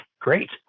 Great